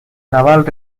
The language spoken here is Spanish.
naval